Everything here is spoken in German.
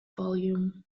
vol